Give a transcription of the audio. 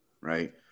right